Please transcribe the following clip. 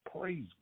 Praise